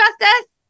justice